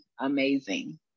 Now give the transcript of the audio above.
amazing